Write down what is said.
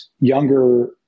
younger